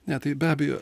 ne tai be abejo